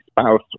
spouse